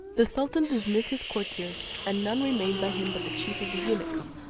the sultan dismissed his courtiers, and none remained by him but the chief of the eunuchs,